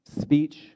speech